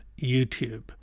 YouTube